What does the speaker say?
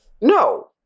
No